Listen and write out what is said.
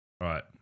Right